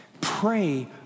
Pray